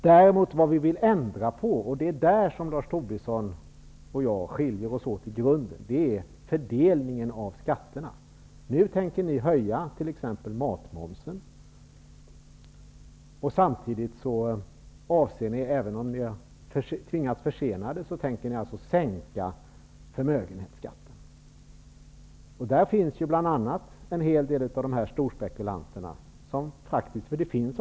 Vad vi däremot vill ändra på -- det är där som Lars Tobisson och jag skiljer oss åt i grunden -- är fördelningen av skatterna. Nu tänker ni höja t.ex. matmomsen, och samtidigt avser ni -- även om ni har tvingats försena beslutet -- att sänka förmögenhetsskatten. Det berör en hel del av storspekulanterna, som ni alltså tänker lämna i orubbat bo.